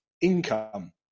income